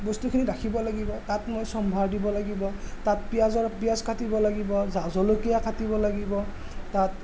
বস্তুখিনি ৰাখিব লাগিব তাত মই চম্ভাৰ দিব লাগিব তাত পিয়াঁজৰ পিয়াঁজ কাটিব লাগিব জা জলকীয়া কাটিব লাগিব তাত